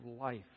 life